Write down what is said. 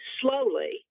slowly